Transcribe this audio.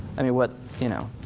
i mean what, you know,